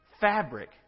Fabric